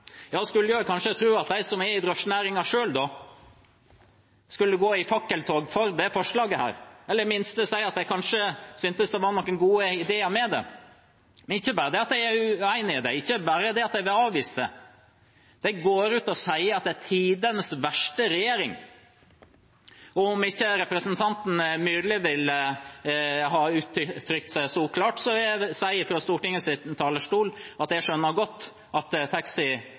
kanskje tro at de som er i drosjenæringen, selv skulle gått i fakkeltog for dette forslaget – eller i det minste kanskje si at de syns det var noen gode ideer med det. Det er ikke bare det at de er uenig i det. Det er ikke bare det at de vil avvise det. De går ut og sier at det er tidenes verste regjering. Og om ikke representanten Myrli ville ha uttrykt seg så klart, så sier jeg fra Stortingets talerstol at jeg skjønner godt at